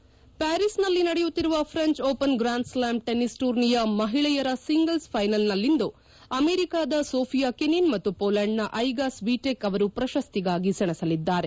hide ಪ್ಟಾರಿಸ್ನಲ್ಲಿ ನಡೆಯುತ್ತಿರುವ French Open grand slam tennis ಟೂರ್ನಿಯ ಮಹಿಳೆಯರ ಸಿಂಗಲ್ಸ್ ಫ್ಟೆನಲ್ನಲ್ಲಿಂದು ಅಮೆರಿಕದ ಸೋಫಿಯಾ ಕೆನಿನ್ ಮತ್ತು ಮೊಲೆಂಡ್ನ ಐಗಾ ಸ್ವೀಟೆಕ್ ಅವರು ಪ್ರಶಸ್ತಿಗಾಗಿ ಸೆಣಸಲಿದ್ದಾರೆ